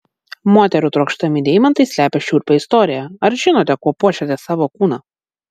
moterų trokštami deimantai slepia šiurpią istoriją ar žinote kuo puošiate savo kūną